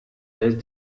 his